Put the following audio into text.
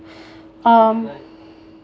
um